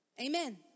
Amen